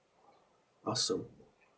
awesome